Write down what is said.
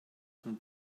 von